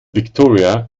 victoria